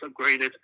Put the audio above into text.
upgraded